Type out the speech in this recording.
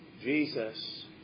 Jesus